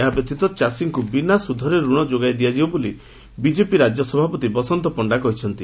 ଏହା ବ୍ୟତୀତ ଚାଷୀଙ୍କୁ ବିନା ସୁଧରେ ଋଣ ଯୋଗାଇ ଦିଆଯିବ ବୋଲି ବିଜେପି ରାଜ୍ୟ ସଭାପତି ବସନ୍ତ ପଣ୍ତା କହିଛନ୍ତି